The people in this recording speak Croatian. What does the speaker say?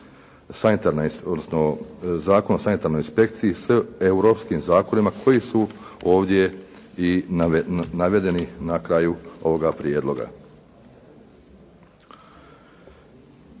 odnosno Zakon o sanitarnoj inspekciji s europskim zakonima koji su ovdje i navedeni na kraju ovoga prijedloga.